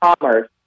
commerce